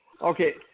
Okay